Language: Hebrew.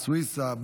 סוויסה.